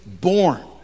born